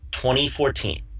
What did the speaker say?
2014